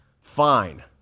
fine